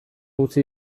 utzi